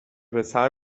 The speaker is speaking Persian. پسر